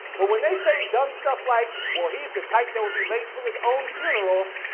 but when they say dumb stuff like, well, he's the type that would be late to his own funeral,